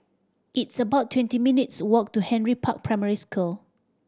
it's about twenty minutes' walk to Henry Park Primary School